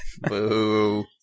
Boo